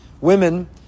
Women